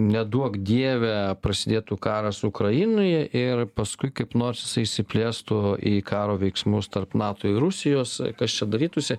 neduok dieve prasidėtų karas ukrainoje ir paskui kaip nors jisai išsiplėstų į karo veiksmus tarp nato ir rusijos kas čia darytųsi